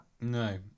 No